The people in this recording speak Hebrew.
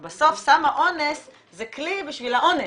אבל בסוף סם האונס זה כלי בשביל האונס.